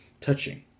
touching